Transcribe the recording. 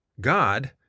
God